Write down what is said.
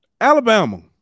Alabama